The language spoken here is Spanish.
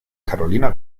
carolina